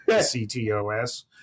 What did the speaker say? C-T-O-S